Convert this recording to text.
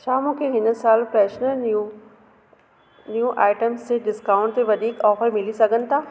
छा मूंखे हिन साल फ्रेशनर न्यू न्यू आइटम्स ते डिस्काउंट ते वधीक ऑफर मिली सघनि था